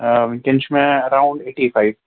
آ وُنکٮ۪ن چھُ مےٚ ایراوُنٛڈ ایٹی فایِو